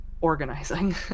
organizing